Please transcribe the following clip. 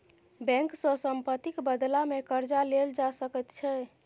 bank सँ सम्पत्तिक बदलामे कर्जा लेल जा सकैत छै